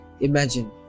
imagine